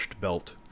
Belt